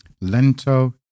lento